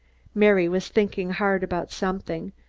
mary was thinking hard about something,